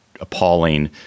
appalling